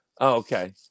okay